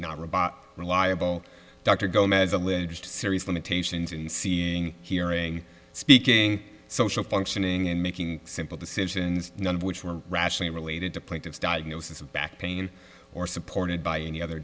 not robot reliable dr gomez alleged serious limitations in seeing hearing speaking social functioning and making simple decisions none of which were rationally related to plaintiff's diagnosis of back pain or supported by any other